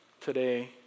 today